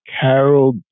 Carol